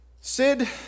Sid